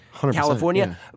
California